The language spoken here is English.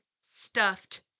stuffed